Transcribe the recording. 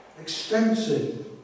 extensive